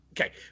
okay